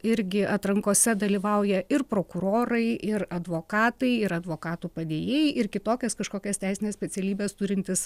irgi atrankose dalyvauja ir prokurorai ir advokatai ir advokatų padėjėjai ir kitokias kažkokias teisines specialybes turintys